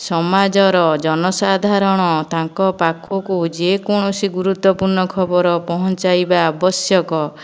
ସମାଜର ଜନସାଧାରଣ ତାଙ୍କ ପାଖକୁ ଯେକୌଣସି ଗୁରୁତ୍ୱପୂର୍ଣ୍ଣ ଖବର ପହଞ୍ଚାଇବା ଆବଶ୍ୟକ